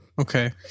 Okay